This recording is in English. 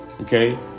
Okay